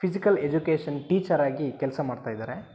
physical education teacher ಆಗಿ ಕೆಲಸ ಮಾಡ್ತಾ ಇದ್ದಾರೆ